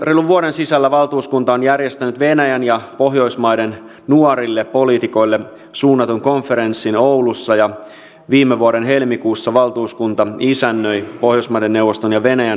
reilun vuoden sisällä valtuuskunta on järjestänyt venäjän ja pohjoismaiden nuorille poliitikoille suunnatun konferenssin oulussa ja viime vuoden helmikuussa valtuuskunta isännöi pohjoismaiden neuvoston ja venäjän välisen opintomatkan